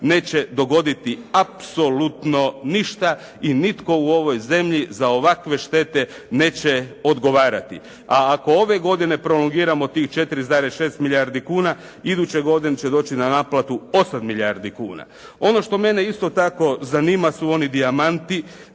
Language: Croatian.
neće dogoditi apsolutno ništa i nitko u ovoj zemlji za ovakve štete neće odgovarati. A ako ove godine prolongiramo tih 4,6 milijardi kuna iduće godine će doći na naplatu 8 milijardi kuna. Ono što mene isto tako zanima su oni dijamanti,